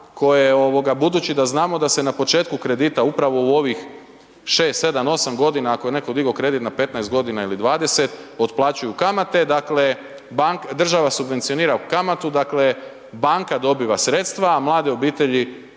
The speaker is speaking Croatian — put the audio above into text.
koje budući da znamo da se na početku kredita upravo u ovih 6, 7, 8 g. ako je netko digao kredit na 15 g. ili 20, otplaćuju kamate, dakle država subvencionira u kamatu, dakle banka dobiva sredstva a mlade obitelji